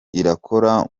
irakora